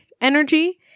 energy